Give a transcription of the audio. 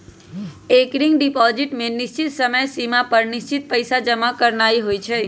recurring deposit में निश्चित समय सिमा पर निश्चित पइसा जमा करानाइ होइ छइ